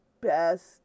best